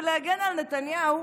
בלהגן על נתניהו,